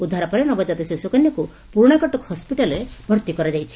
ଉଦ୍ଧାର ପରେ ନବକାତ ଶିଶୁକନ୍ୟାକୁ ପୁରୁଶାକଟକ ହସ୍ୱିଟାଲ୍ରେ ଭର୍ତି କରାଯାଇଛି